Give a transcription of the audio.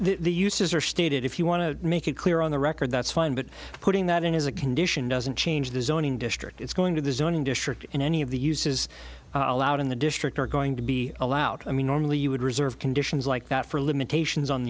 the uses are stated if you want to make it clear on the record that's fine but putting that in as a condition doesn't change the zoning district it's going to the zoning district in any of the uses allowed in the district are going to be allowed i mean normally you would reserve conditions like that for limitations on